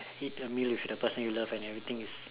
eat a meal with the person you love and everything is